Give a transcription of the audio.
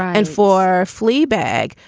and for fleabag,